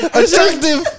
attractive